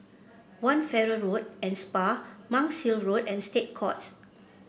One Farrer Road and Spa Monk's Hill Road and State Courts